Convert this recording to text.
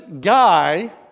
guy